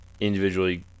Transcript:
individually